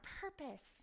purpose